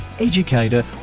educator